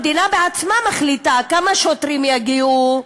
המדינה בעצמה מחליטה כמה שוטרים יגיעו,